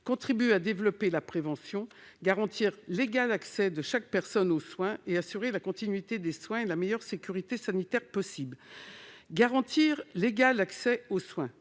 contribuent à développer la prévention, garantir l'égal accès de chaque personne aux soins et assurer la continuité des soins et la meilleure sécurité sanitaire possible. Garantir l'égal accès aux soins,